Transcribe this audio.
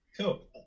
cool